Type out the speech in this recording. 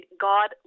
God